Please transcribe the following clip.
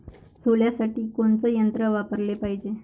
सोल्यासाठी कोनचं यंत्र वापराले पायजे?